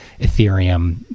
Ethereum